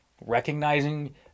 recognizing